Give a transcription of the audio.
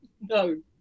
No